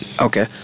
okay